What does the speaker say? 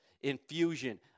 infusion